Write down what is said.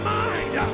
mind